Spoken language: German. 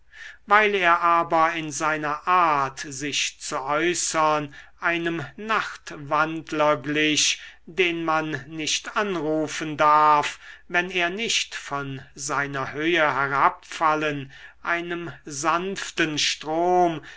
weil er aber in seiner art sich zu äußern einem nachtwandler glich den man nicht anrufen darf wenn er nicht von seiner höhe herabfallen einem sanften strom